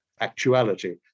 actuality